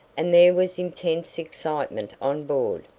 and there was intense excitement on board.